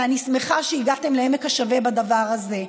ואני שמחה שהגעתם לעמק השווה בדבר הזה.